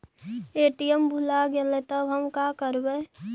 ATM भुला गेलय तब हम काकरवय?